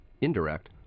indirect